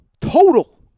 Total